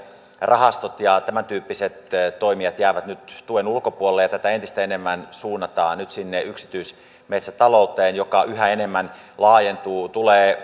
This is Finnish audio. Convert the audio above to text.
rahastot ja tämäntyyppiset toimijat jäävät nyt tuen ulkopuolelle ja tätä entistä enemmän suunnataan nyt sinne yksityismetsätalouteen joka yhä enemmän laajentuu tulee